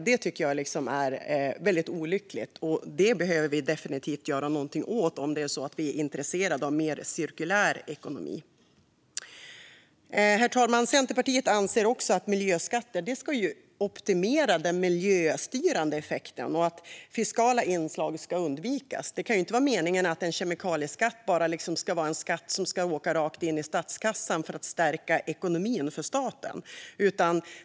Det tycker jag är väldigt olyckligt, och det behöver vi definitivt göra någonting åt om vi är intresserade av mer cirkulär ekonomi. Herr talman! Centerpartiet anser också att miljöskatter ska optimera den miljöstyrande effekten och att fiskala inslag ska undvikas. Det kan inte vara meningen att en kemikalieskatt ska vara en skatt som bara åker rakt in statskassan för att stärka ekonomin för staten.